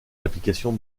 applications